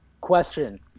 question